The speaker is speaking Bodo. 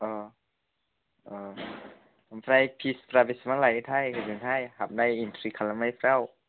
अ अ ओमफ्राय फिसफोरा बेसबां लायोथाय हजोंहाय हाबनाय एन्ट्रि खालामनायफ्राव